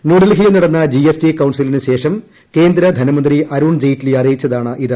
ന്യൂഡൽഹിയിൽ നടന്ന ജിഎസ്ടി കൌൺസിലിന് ശേഷം കേന്ദ്ര ധനമന്ത്രി അരുൺ ജെയ്റ്റ്ലി അറിയിച്ചതാണിത്